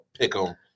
Pick'em